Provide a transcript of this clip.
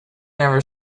never